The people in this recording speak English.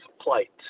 plight